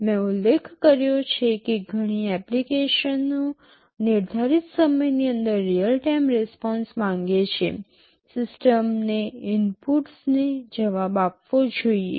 મેં ઉલ્લેખ કર્યો છે કે ઘણી એપ્લિકેશનો નિર્ધારિત સમયની અંદર રીયલ ટાઇમ રિસ્પોન્સ માંગે છે સિસ્ટમએ ઇનપુટ્સને જવાબ આપવો જોઈએ